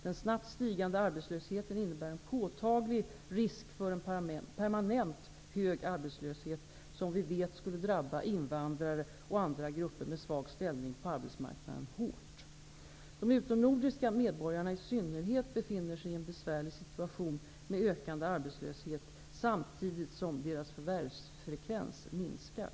Den snabbt stigande arbetslösheten innebär en påtaglig risk för en permanent hög arbetslöshet, som vi vet skulle drabba invandrare och andra grupper med svag ställning på arbetsmarknaden hårt. De utomnordiska medborgarna i synnerhet befinner sig i en besvärlig situation med ökande arbetslöshet samtidigt som deras förvärvsfrekvens minskar.